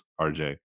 RJ